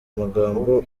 magambo